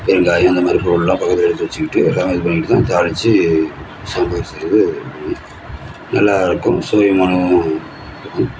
பெருங்காயம் அந்த மாரி பொருள்லாம் பக்கத்தில் எடுத்துவச்சுக்கிட்டு எல்லாம் இது பண்ணிக்கிட்டு தாளிச்சு சமையல் செய்து நல்லா இருக்கும் சுவையும் மணமும்